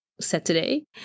Saturday